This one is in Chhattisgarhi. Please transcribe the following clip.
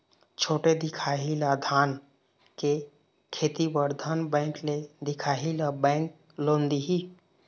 छोटे दिखाही ला धान के खेती बर धन बैंक ले दिखाही ला बैंक लोन दिही?